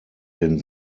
den